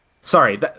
Sorry